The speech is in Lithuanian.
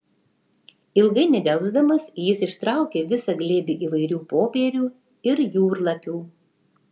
ilgai nedelsdamas jis ištraukė visą glėbį įvairių popierių ir jūrlapių